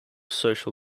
social